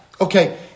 Okay